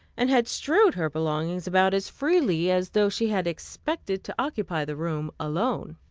and had strewed her belongings about as freely as though she had expected to occupy the room alone.